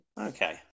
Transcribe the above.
okay